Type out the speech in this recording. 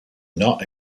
not